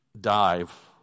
dive